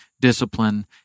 discipline